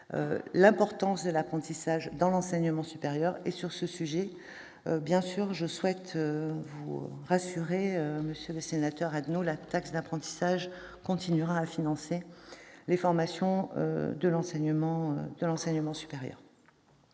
l'importance de l'apprentissage dans l'enseignement supérieur ! Sur ce sujet, monsieur Adnot, je souhaite vous rassurer : la taxe d'apprentissage continuera à financer les formations de l'enseignement supérieur.